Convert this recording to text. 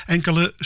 Enkele